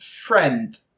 friend